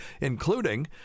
including